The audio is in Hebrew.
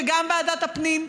וגם ועדת הפנים.